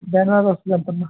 బెనరస్లెంతమ్మా